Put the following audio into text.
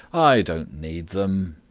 i don't need them.